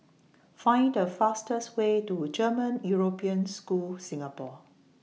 Find The fastest Way to German European School Singapore